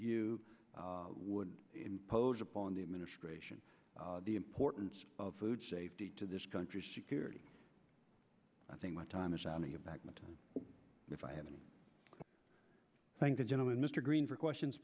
you would impose upon the administration the importance of food safety to this country's security i think my time is on the back but if i haven't thank the gentleman mr green for questions